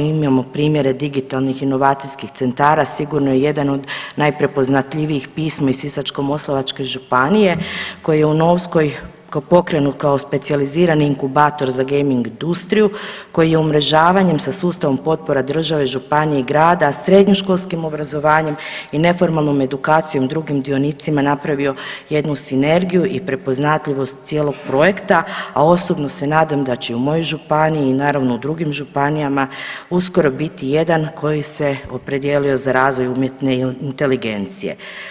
imamo primjere digitalnih inovacijskih centara, sigurno je jedan od najprepoznatljivijih „Pismo“ iz Sisačko-moslavačke županije koji je u Novskoj pokrenut kao specijalizirani inkubator za gejming industriju koji je umrežavanjem sa sustavom potpora države, županija i grada, srednjoškolskim obrazovanjem i neformalnom edukacijom drugim dionicima napravio jednu sinergiju i prepoznatljivost cijelog projekta, a osobno se nadam da će i u mojoj županiji i naravno u drugim županijama uskoro biti jedan koji se opredijelio za razvoj umjetne inteligencije.